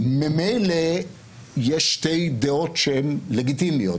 ממילא יש שתי דעות שהן לגיטימיות.